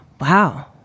wow